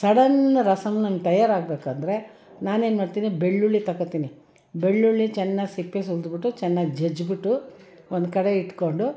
sudden rasam ನಂಗೆ ತಯಾರಾಗಬೇಕಾದ್ರೆ ನಾನೇನು ಮಾಡ್ತೀನಿ ಬೆಳ್ಳುಳ್ಳಿ ತಗೊಳ್ತೀನಿ ಬೆಳ್ಳುಳ್ಳಿ ಚೆನ್ನಾಗಿ ಸಿಪ್ಪೆ ಸುಲ್ದು ಬಿಟ್ಟು ಚೆನ್ನಾಗಿ ಜಜ್ಜಿ ಬಿಟ್ಟು ಒಂದು ಕಡೆ ಇಟ್ಕೊಂಡು